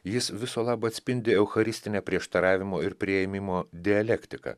jis viso labo atspindi eucharistinę prieštaravimo ir priėmimo dialektiką